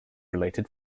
related